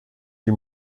die